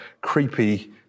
creepy